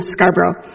Scarborough